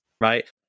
right